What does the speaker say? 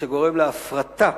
שגורם להפרטה